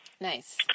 Nice